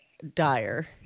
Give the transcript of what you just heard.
Dire